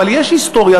אבל יש היסטוריה,